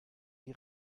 die